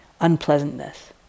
unpleasantness